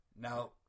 Now